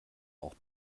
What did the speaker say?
auch